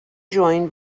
joined